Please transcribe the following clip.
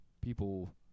People